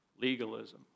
Legalism